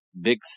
big